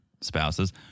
spouses